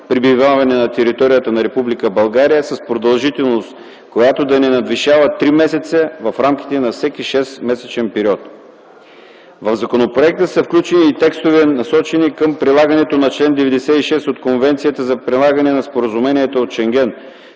пребиваване на територията на Република България с продължителност, която да не надвишава 3 месеца в рамките на всеки 6-месечен период. В законопроекта са включени и текстове, насочени към прилагането на чл. 96 от Конвенцията за прилагане на Споразумението от Шенген,